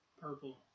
Purple